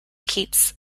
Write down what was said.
keats